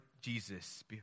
Jesus